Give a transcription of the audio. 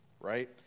right